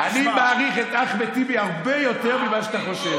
אני מעריך את אחמד טיבי הרבה יותר ממה שאתה חושב.